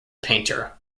painter